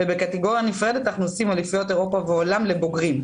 ובקטגוריה נפרדת אנחנו עושים אליפויות אירופה ועולם לבוגרים.